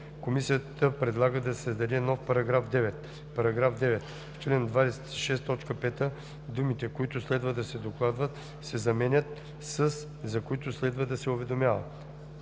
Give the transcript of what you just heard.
Комисията предлага да се създаде нов § 9: „§ 9. В чл. 26, т. 5 думите „които следва да се докладват“ се заменят със „за които следва да се уведомява“.“